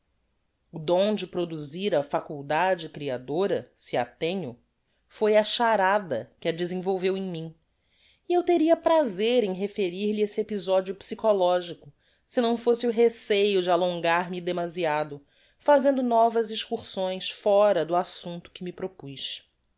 o dom de produzir a faculdade creadora si a tenho foi a charada que a desenvolveu em mim e eu teria prazer em referir lhe esse episodio psychologico si não fosse o receio de alongar me demasiado fazendo novas excursões fóra do assumpto que me propuz